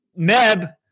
Meb